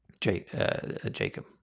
Jacob